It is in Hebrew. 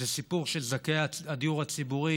זה סיפור של זכאי הדיור הציבורי,